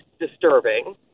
disturbing